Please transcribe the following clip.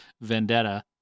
vendetta